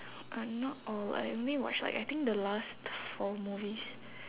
uh not all I only watch like I think the last four movies